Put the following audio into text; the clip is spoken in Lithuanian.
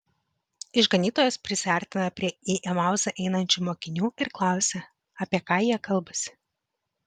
išganytojas prisiartina prie į emausą einančių mokinių ir klausia apie ką jie kalbasi